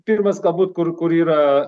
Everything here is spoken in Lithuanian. pirmas galbūt kur kur yra